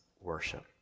worship